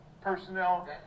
personnel